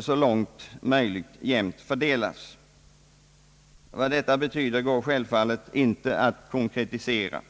så långt möj ligt jämnt fördelas. Vad detta betyder går självfallet inte att konkretisera.